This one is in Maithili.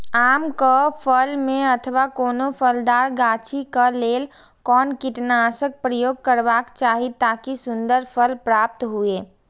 आम क फल में अथवा कोनो फलदार गाछि क लेल कोन कीटनाशक प्रयोग करबाक चाही ताकि सुन्दर फल प्राप्त हुऐ?